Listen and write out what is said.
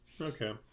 Okay